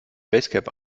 basecap